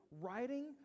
writing